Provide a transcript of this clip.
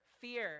Fear